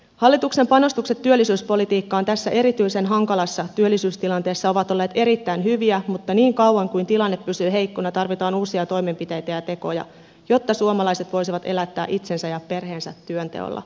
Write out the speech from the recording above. hallituksen panostukset työllisyyspolitiikkaan tässä erityisen hankalassa työllisyystilanteessa ovat olleet erittäin hyviä mutta niin kauan kuin tilanne pysyy heikkona tarvitaan uusia toimenpiteitä ja tekoja jotta suomalaiset voisivat elättää itsensä ja perheensä työnteolla